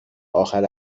اخر